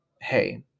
hey